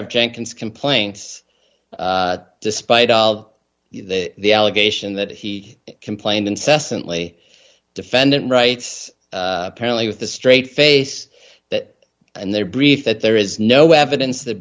of jenkins complaints despite all the allegation that he complained incessantly defendant right apparently with a straight face that and their brief that there is no evidence that